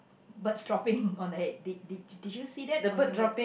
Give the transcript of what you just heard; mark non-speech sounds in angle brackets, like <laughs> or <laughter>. birds dropping <laughs> on the head did did did you see that on your bird